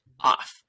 off